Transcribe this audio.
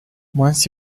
once